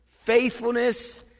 faithfulness